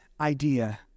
idea